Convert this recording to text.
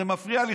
זה מפריע לי,